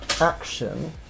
action